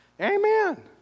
Amen